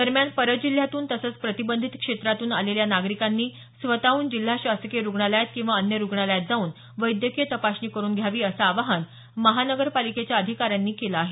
दरम्यान परजिल्ह्यातून तसंच प्रतिबंधीत क्षेत्रातून आलेल्या नागरिकांनी स्वतःहून जिल्हा शासकीय रुग्णालयात किंवा अन्य रुग्णालयात जाऊन वैद्यकीय तपासणी करून घ्यावी असं आवाहन माहनगरपालिकेच्या अधिकाऱ्यांनी केलं आहे